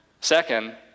Second